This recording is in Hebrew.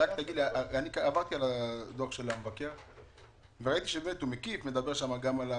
ראיתי שדוח מבקר המדינה מקיף ומדבר גם על הוועדה,